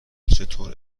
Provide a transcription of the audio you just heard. چطور